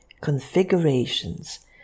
configurations